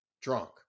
drunk